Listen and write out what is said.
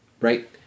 Right